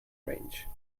range